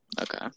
Okay